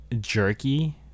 jerky